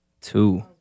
Two